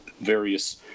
various